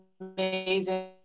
amazing